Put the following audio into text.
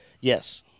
Yes